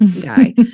guy